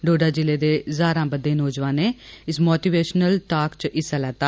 डोडा जिले दे हजारां बद्धे नौजवाने इस मोटिवेशनल टाल्क च हिस्सा लैता